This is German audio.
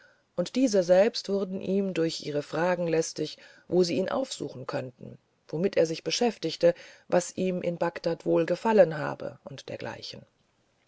und diese selbst wurden ihm durch ihre fragen lästig wo sie ihn aufsuchen könnten womit er sich beschäftige was ihm in bagdad wohlgefallen habe und dergleichen